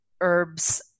herbs